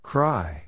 Cry